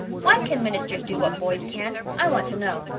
why can ministers do what boys can't? i want to know.